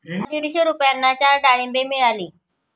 मला दीडशे रुपयांना चार डाळींबे मिळाली